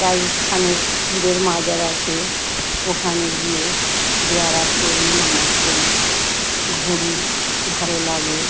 রাজস্থানে পীরের মাজার আছে ওখানে গিয়ে যে করি নামাজ পড়ি ঘুরি ভালো লাগে